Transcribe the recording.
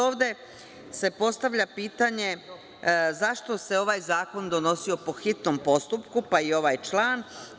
Ovde se sada postavlja pitanje zašto se ovaj zakon donosio po hitnom postupku, pa i ovaj član?